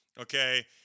okay